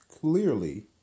clearly